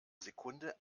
sekunde